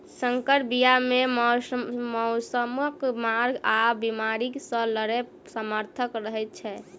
सँकर बीया मे मौसमक मार आ बेमारी सँ लड़ैक सामर्थ रहै छै